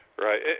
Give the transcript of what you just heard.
Right